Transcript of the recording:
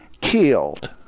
killed